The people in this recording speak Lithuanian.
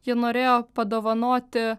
ji norėjo padovanoti